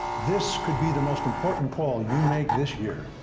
this could be the most important call you make this year.